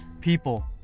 People